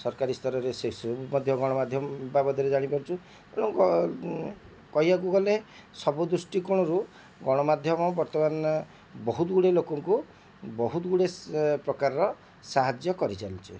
ସରକାରୀ ସ୍ତରରେ ସେସବୁ ମଧ୍ୟ ଗଣମାଧ୍ୟମ ବାବଦରେ ଜାଣିପାରୁଛି ତେଣୁ କହିବାକୁ ଗଲେ ସବୁ ଦୃଷ୍ଟିକୋଣରୁ ଗଣମାଧ୍ୟମ ବର୍ତ୍ତମାନ ବହୁତ ଗୁଡ଼ିଏ ଲୋକଙ୍କୁ ବହୁତ ଗୁଡ଼ିଏ ପ୍ରକାରର ସାହାଯ୍ୟ କରିଚାଲିଛି